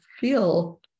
feel